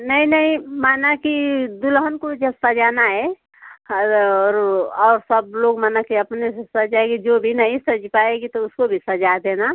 नहीं नहीं माना कि दुल्हन को जब सजाना है और और और सब लोग माना कि अपने से सज जाएगी जो भी नहीं सज पाएगी तो उसको भी सजा देना